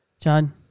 John